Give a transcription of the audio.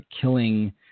killing